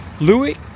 Louis